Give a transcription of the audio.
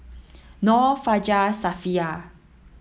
Nor Fajar Safiya